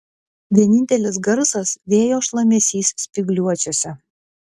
vienintelis garsas vėjo šlamesys spygliuočiuose